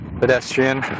pedestrian